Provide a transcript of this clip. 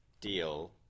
deal